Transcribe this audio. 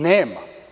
Nema.